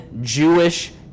Jewish